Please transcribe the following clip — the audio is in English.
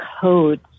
codes